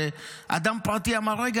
שאדם פרטי אמר: רגע,